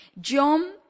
John